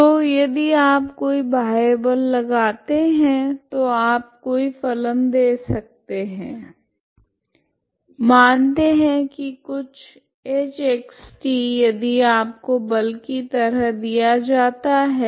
तो यदि आप कोई बाह्य बल लगाते है तो आप कोई फलन दे सकते है मानते है की कुछ hxt यदि आपको बल की तरह दिया जाता है